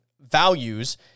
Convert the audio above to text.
values